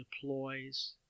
deploys